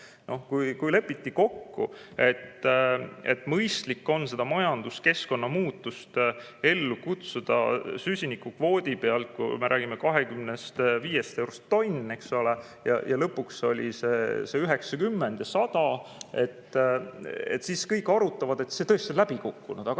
Kui lepiti kokku, et mõistlik on seda majanduskeskkonna muutust ellu kutsuda süsinikukvoodi pealt, kui me räägime 25 eurost tonn, eks ole, ja lõpuks oli see 90 ja 100, siis kõik arutavad, et see tõesti on läbi kukkunud.